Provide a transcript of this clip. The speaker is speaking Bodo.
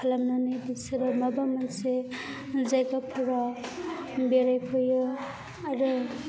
खालामनानै बिसोरो माबा मोनसे जायगाफोराव बेरायफैयो आरो